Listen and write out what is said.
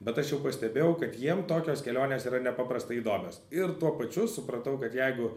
bet aš jau pastebėjau kad jiem tokios kelionės yra nepaprastai įdomios ir tuo pačiu supratau kad jeigu